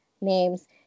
names